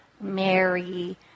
Mary